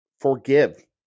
forgive